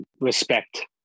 respect